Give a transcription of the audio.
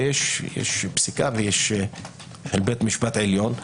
יש פסיקה של בית משפט עליון.